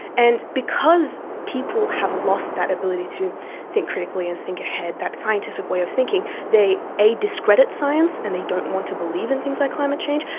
and because people have lost that ability to think critically and think ahead, that scientific way of thinking, they discredit science and they don't want to believe in things like climate change,